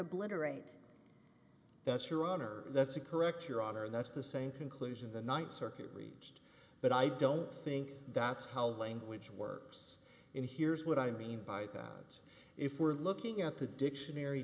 obliterate that's your honor that's a correct your honor that's the same conclusion the th circuit reached but i don't think that's how language works in here's what i mean by that if we're looking at the dictionary